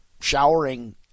showering